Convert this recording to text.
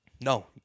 No